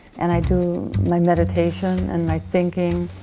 and i do my meditation and my thinking.